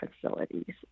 facilities